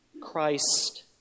Christ